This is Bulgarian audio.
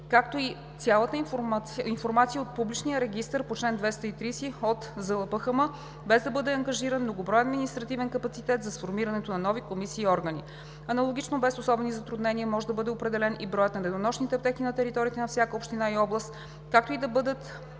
както и цялата информация от публичния регистър по чл. 230 от ЗЛПХМ, без да бъде ангажиран многоброен административен капацитет за сформирането на нови комисии и органи. Аналогично, без особени затруднения, може да бъде определен и броят на денонощните аптеки на територията на всяка община и област, както и да бъдат